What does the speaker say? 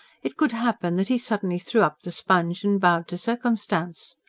it could happen that he suddenly threw up the sponge and bowed to circumstance.